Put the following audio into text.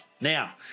Now